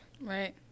Right